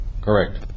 correct